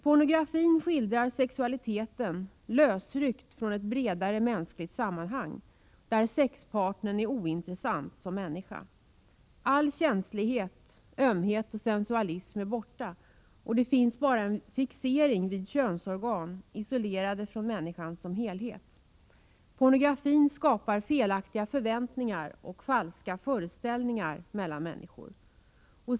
Pornografin skildrar sexualiteten lösryckt från ett bredare mänskligt sammanhang, där sexualpartnern är ointressant som människa. All känslighet, ömhet och sensualism är borta, och det finns bara en fixering vid könsorgan, isolerade från människan som helhet. Pornografin skapar felaktiga förväntningar och falska föreställningar mellan människor.